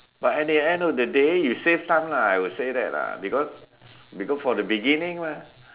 but at the end of the day you save some lah I would say that lah because we go for the beginning mah